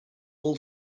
all